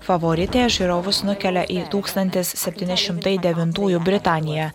favoritė žiūrovus nukelia į tūkstantis septyni šimtai devintųjų britaniją